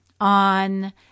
on